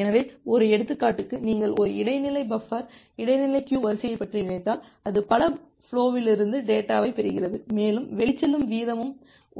எனவே ஒரு எடுத்துக்காட்டுக்கு நீங்கள் ஒரு இடைநிலை பஃபர் இடைநிலை க்கியு வரிசையைப் பற்றி நினைத்தால் அது பல ஃப்லோவிலிருந்து டேட்டாவைப் பெறுகிறது மேலும் வெளிச்செல்லும் வீதமும்